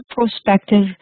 prospective